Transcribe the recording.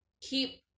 keep